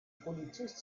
polizist